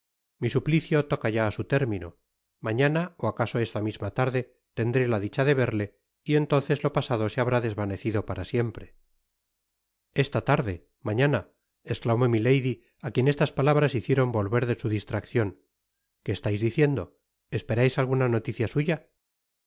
mi suplicio toca ya á su térmi no mañana ó acaso esta tarde misma tendré la dicha de verle y entonces lo pasado se habrá desvanecido para siempre esta tarde mañana esclamó milady á quien estas palabras hicieron volver de so distraccion qué estais diciendo esperais alguna noticia suya